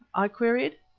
i queried.